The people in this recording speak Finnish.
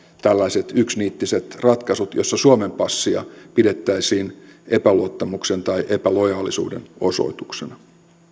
tällaiset yksiniittiset ratkaisut joissa suomen passia pidettäisiin epäluottamuksen tai epälojaalisuuden osoituksena